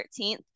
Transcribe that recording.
13th